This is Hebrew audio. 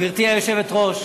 גברתי היושבת-ראש,